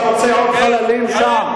אתה רוצה עוד חללים שם?